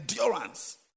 endurance